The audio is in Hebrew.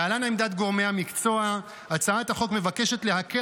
להלן עמדת גורמי המקצוע: הצעת החוק מבקשת להקל